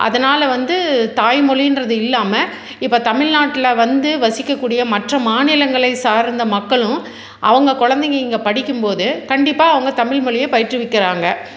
அதனால் வந்து தாய்மொழின்றது இல்லாம இப்போ தமிழ்நாட்டில் வந்து வசிக்கக்கூடிய மற்ற மாநிலங்களை சார்ந்த மக்களும் அவங்க குழந்தைங்க படிக்கும்போது கண்டிப்பாக அவங்க தமிழ்மொழியை பயிற்றுவிக்கிறாங்க